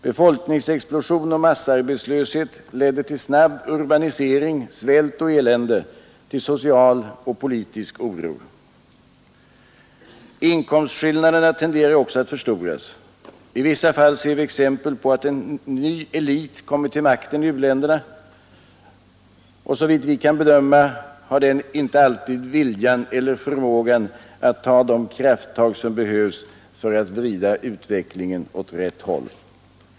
Befolkningsexplosion och massarbetslöshet leder till snabb urbanisering, svält och elände, till social och politisk oro. Inkomstskillnaderna tenderar också att förstoras. I vissa fall ser vi exempel på att en ny elit kommit till makten i u-länderna, och såvitt vi kan bedöma har den inte alltid viljan eller förmågan att ta de krafttag som behövs för att vrida utvecklingen åt rätt håll.